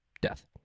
death